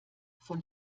von